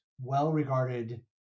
well-regarded